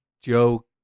Joe